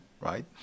right